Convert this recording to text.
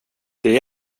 det